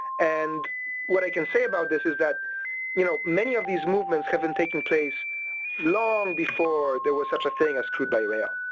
and what i can say about this is that you know many of these movements have been taking place long before there was such a thing as crude-by-rail.